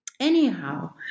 Anyhow